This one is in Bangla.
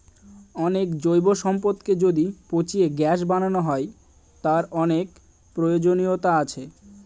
অনেক জৈব সম্পদকে যদি পচিয়ে গ্যাস বানানো হয়, তার অনেক প্রয়োজনীয়তা আছে